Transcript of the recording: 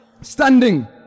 Standing